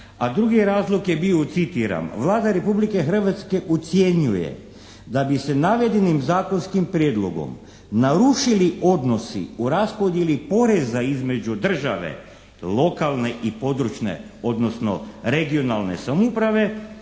a drugi razlog je bio citiram: "Vlada Republike Hrvatske ucjenjuje da bi se navedenim zakonskim prijedlogom narušili odnosi u raspodjeli poreza između države, lokalne i područne, odnosno regionalne samouprave